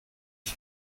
ich